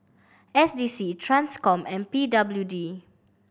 S D C Transcom and P W D